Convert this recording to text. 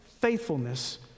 faithfulness